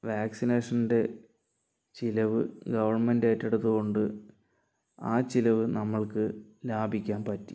വാക്സിനേഷൻ്റെ ചിലവ് ഗവണ്മെന്റ് ഏറ്റെടുത്തതുകൊണ്ട് ആ ചിലവ് നമുക്ക് ലാഭിക്കാൻ പറ്റി